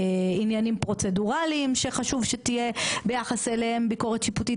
עניינים פרוצדורליים שחשוב שתהיה ביחס אליהם ביקורת שיפוטית,